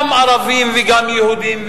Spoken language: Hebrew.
גם ערבים וגם יהודים,